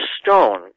stone